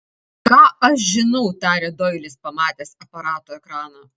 ką aš žinau tarė doilis pamatęs aparato ekraną